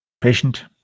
patient